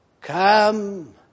Come